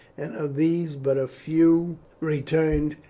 and of these but a few returned,